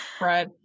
Right